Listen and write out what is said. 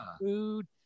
food